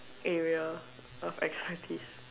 area of expertise